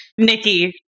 Nikki